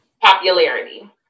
popularity